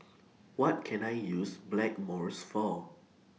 What Can I use Blackmores For